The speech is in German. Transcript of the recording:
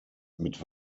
mit